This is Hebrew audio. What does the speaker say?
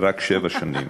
רק שבע שנים.